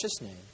name